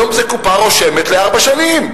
היום זה קופה רושמת לארבע שנים.